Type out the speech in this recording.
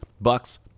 Bucks